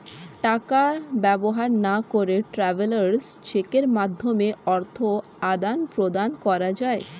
টাকা ব্যবহার না করে ট্রাভেলার্স চেকের মাধ্যমে অর্থ আদান প্রদান করা যায়